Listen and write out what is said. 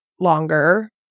longer